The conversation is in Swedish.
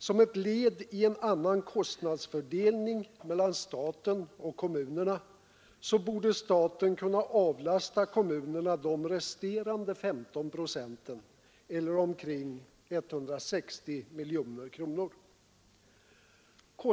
Som ett led i en annan kostnadsfördelning mellan staten och kommunerna borde staten kunna avlasta kommunerna de resterande 15 procenten, eller omkring 160 miljoner kronor, vilket skulle ha stor betydelse för kommunernas ekonomi.